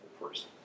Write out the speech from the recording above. first